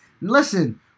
listen